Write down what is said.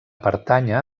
pertànyer